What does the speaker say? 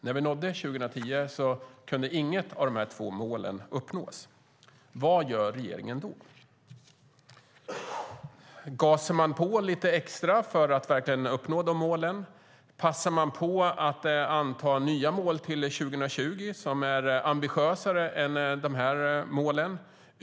När vi nådde 2010 kunde inget av målen uppnås. Vad gör regeringen då? Gasar man på lite extra för att verkligen uppnå målen? Passar man på att anta nya mål till 2020 som är ambitiösare än de här målen?